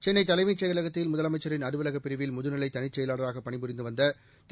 சென்னை தலைமைச் செயலகத்தில் முதலமைச்சரின் அலுவலகப் பிரிவில் முதுநிலை தனிச் செயலாளராக பணிபுரிந்து வந்த திரு